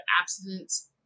abstinence